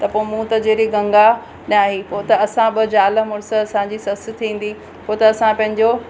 त पोइ मूं त जहिड़ी गंगा ॾहाई पोइ त असां ॿ ज़ालि मुड़ुसु असांजी ससु थींदी पोइ त असां पंहिंजो